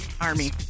Army